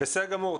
בסדר גמור.